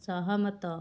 ସହମତ